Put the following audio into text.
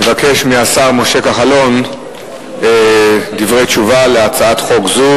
נבקש מהשר משה כחלון דברי תשובה על הצעת חוק זו,